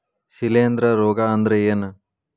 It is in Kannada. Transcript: ಶಿಲೇಂಧ್ರ ರೋಗಾ ಅಂದ್ರ ಏನ್?